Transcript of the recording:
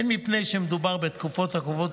הן מפני שמדובר בתקופות הקובעות